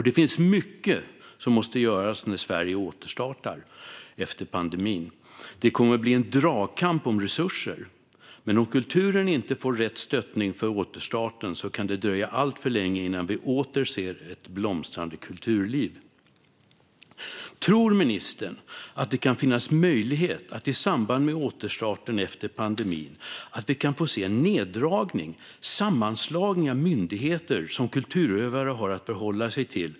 Det finns mycket som måste göras när Sverige återstartar efter pandemin. Det kommer att bli en dragkamp om resurser, men om kulturen inte får rätt stöttning för återstarten kan det dröja alltför länge innan vi åter ser ett blomstrande kulturliv. Tror ministern att det kan finnas möjlighet att vi i samband med återstarten efter pandemin kan få se en neddragning eller sammanslagning av myndigheter som kulturutövare har att förhålla sig till?